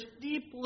deeply